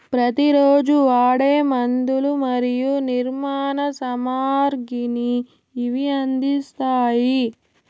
ప్రతి రోజు వాడే మందులు మరియు నిర్మాణ సామాగ్రిని ఇవి అందిస్తాయి